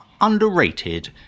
underrated